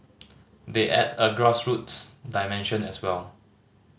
they add a grassroots dimension as well